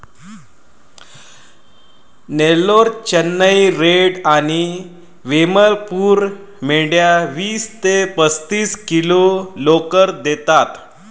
Nellore, Chennai red आणि वेमपूर मेंढ्या वीस ते पस्तीस किलो लोकर देतात